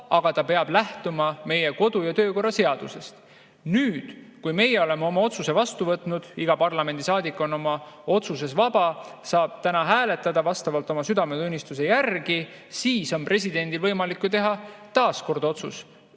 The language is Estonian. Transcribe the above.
aga ta peab lähtuma meie kodu- ja töökorra seadusest. Nüüd, kui meie oleme oma otsuse vastu võtnud, iga parlamendisaadik on oma otsuses vaba, saab täna hääletada vastavalt oma südametunnistuse järgi, siis on presidendil võimalik teha taas otsus,